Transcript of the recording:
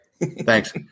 thanks